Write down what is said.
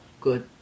good